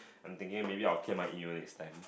I'm thinking maybe I'll clear my email next time